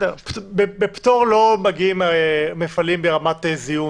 פטור מרישוי לא מקבלים מפעלים ברמת זיהום.